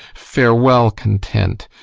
farewell content!